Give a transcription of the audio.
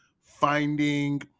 finding